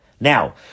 Now